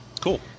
Cool